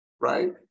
right